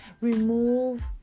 Remove